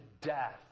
death